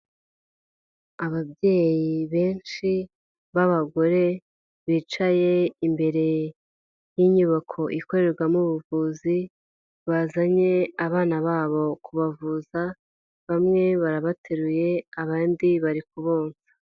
Ababyeyi benshi b'abagore bicaye imbere y'inyubako ikorerwamo ubuvuzi bazanye abana babo kubavuza bamwe barabateruye abandi bari kubonsa.